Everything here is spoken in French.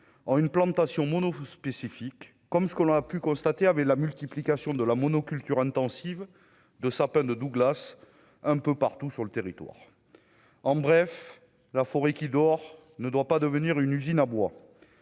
en une plantations mono spécifiques, comme ceux qu'on a pu constater avec la multiplication de la monoculture intensive de sapins de Douglas, un peu partout sur le territoire, en bref, la forêt qui dort ne doit pas devenir une usine à bois